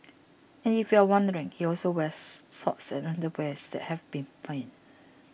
and if you're wondering he also wears socks and underwear that have been binned